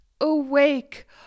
Awake